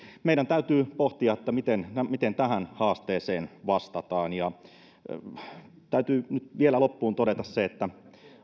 meidän täytyy pohtia miten tähän haasteeseen vastataan täytyy nyt vielä loppuun todeta se että